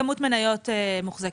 קרן: כמות מניות מוחזקת.